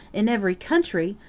in every country,